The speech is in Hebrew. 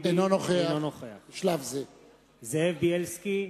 אינו נוכח זאב בילסקי,